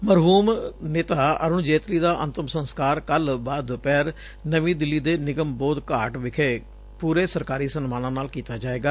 ਮਰਹੂਮ ਨੇਤਾ ਅਰੁਣ ਜੇਤਲੀ ਦਾ ਅੰਤਮ ਸੰਸਕਾਰ ਕੱਲੂ ਦੂਪਹਿਰ ਨਵੀ ਦਿੱਲੀ ਦੇ ਨਿਗਮ ਬੋਧ ਘਾਟ ਵਿਖੇ ਸਰਕਾਰੀ ਸਨਮਾਨ ਨਾਲ ਕੀਤਾ ਜਾਏਗਾ